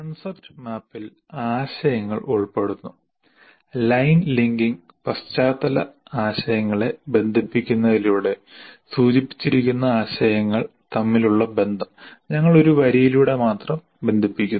concept മാപ്പിൽ ആശയങ്ങൾ ഉൾപ്പെടുന്നു ലൈൻ ലിങ്കിംഗ് പശ്ചാത്തല ആശയങ്ങളെ ബന്ധിപ്പിക്കുന്നതിലൂടെ സൂചിപ്പിച്ചിരിക്കുന്ന ആശയങ്ങൾ തമ്മിലുള്ള ബന്ധം ഞങ്ങൾ ഒരു വരിയിലൂടെ മാത്രം ബന്ധിപ്പിക്കുന്നു